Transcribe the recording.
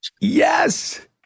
Yes